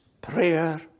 prayer